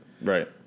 Right